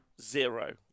Zero